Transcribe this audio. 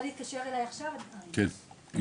אז